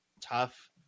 tough